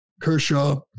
Kershaw